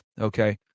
Okay